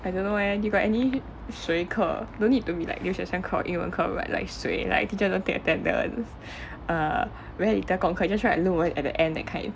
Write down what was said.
I don't know eh you got any 随课 no need to be like 留学生课 or 英文课 but like 随 like teacher don't take attendance err very little 功课 just write 论文 at the end that kind